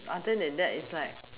other than that is like